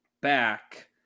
back